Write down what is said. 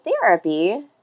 therapy